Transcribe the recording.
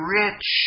rich